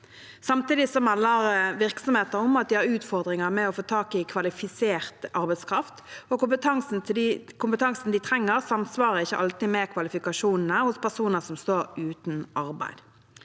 Samtidig melder virksomheter om at de har utfordringer med å få tak i kvalifisert arbeidskraft. Kompetansen de trenger, samsvarer ikke alltid med kvalifikasjonene hos personer som står uten arbeid.